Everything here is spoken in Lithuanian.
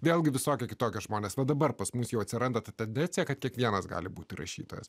vėlgi visokia kitokia žmonės o dabar pas mus jau atsiranda ta tendencija kad kiekvienas gali būti rašytojas